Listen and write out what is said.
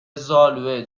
زالوئه